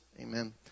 Amen